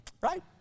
right